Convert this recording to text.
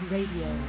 Radio